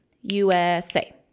USA